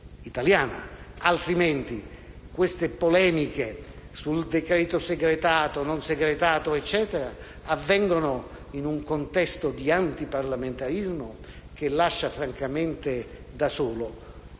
Altrimenti le polemiche sul decreto segretato o no avvengono in un contesto di antiparlamentarismo che lascia francamente da solo